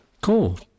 Cool